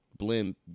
blimp